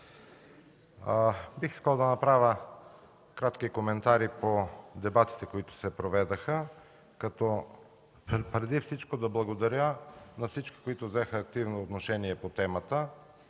Бих искал да направя кратки коментари по дебатите, които се проведоха, като най-напред да благодаря на всички, които взеха активно отношение по темата.